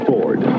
Ford